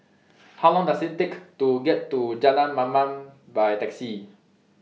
How Long Does IT Take to get to Jalan Mamam By Taxi